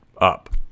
up